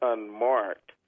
Unmarked